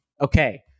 okay